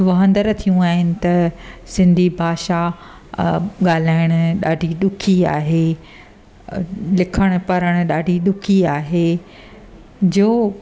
वाहंदर थियूं आहिनि त त सिंधी भाषा अ ॻाल्हायणु ॾाढी ॾुखी आहे अ लिखणु परणु ॾाढी ॾुखी आहे ज्यो